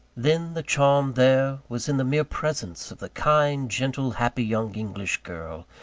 then, the charm there was in the mere presence of the kind, gentle, happy young english girl,